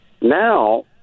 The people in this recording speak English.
Now